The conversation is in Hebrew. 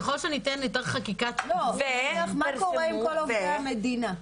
ככל שניתן יותר חקיקה --- מה קורה עם כל עובדי המדינה?